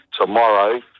tomorrow